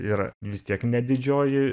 yra vis tiek ne didžioji